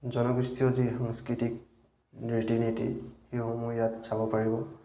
জনগোষ্ঠীয় যি সাংস্কৃতিক ৰীতি নীতি সেইসমূহ ইয়াত চাব পাৰিব